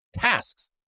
tasks